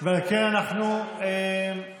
על כן, אנחנו נצביע.